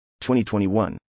2021